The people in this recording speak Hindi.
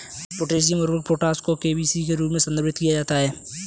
पोटेशियम उर्वरक पोटाश को केबीस के रूप में संदर्भित किया जाता है